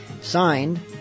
Signed